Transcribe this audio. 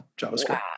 JavaScript